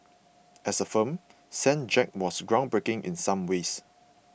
as a film Saint Jack was groundbreaking in some ways